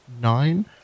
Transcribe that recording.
nine